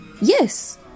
Yes